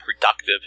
productive